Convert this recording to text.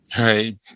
Right